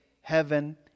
heaven